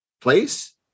place